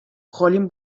галим